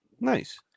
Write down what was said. Nice